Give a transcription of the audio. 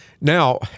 Now